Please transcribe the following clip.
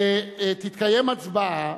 "תתקיים הצבעה,